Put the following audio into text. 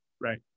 Right